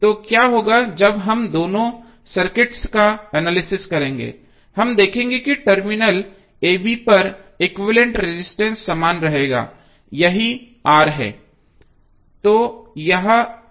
तो क्या होगा जब हम दोनों सर्किट्स का एनालिसिस करेंगे हम देखेंगे कि टर्मिनल ab पर एक्विवैलेन्ट रजिस्टेंस समान रहेगा यही R है